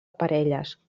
parelles